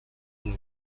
ella